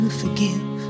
forgive